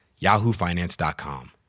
YahooFinance.com